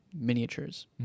miniatures